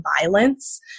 violence